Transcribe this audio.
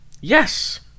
yes